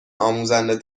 آموزنده